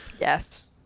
Yes